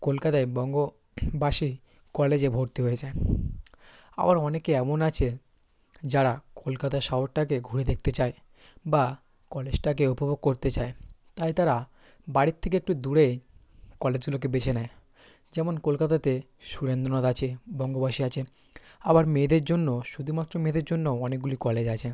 কলকাতায় বঙ্গবাসী কলেজে ভর্তি হয়েছে আবার অনেকে এমন আছে যারা কলকাতা শহরটাকে ঘুরে দেখতে চায় বা কলেজটাকে উপভোগ করতে চায় তাই তারা বাড়ির থেকে একটু দূরে কলেজগুলোকে বেছে নেয় যেমন কলকাতাতে সুরেন্দ্রনাথ আছে বঙ্গবাসী আছে আবার মেয়েদের জন্য শুধুমাত্র মেয়েদের জন্যও অনেকগুলি কলেজ আছে